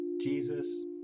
Jesus